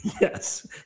Yes